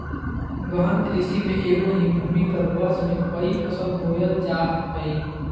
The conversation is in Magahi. गहन कृषि में एगो ही भूमि पर वर्ष में क़ई फसल बोयल जा हइ